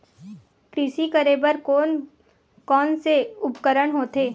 कृषि करेबर कोन कौन से उपकरण होथे?